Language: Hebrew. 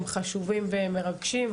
הם חשובים ומרגשים,